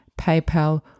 PayPal